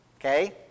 Okay